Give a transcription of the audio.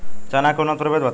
चना के उन्नत प्रभेद बताई?